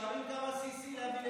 שאלו כמה cc להביא לך.